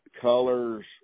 colors